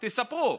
תספרו.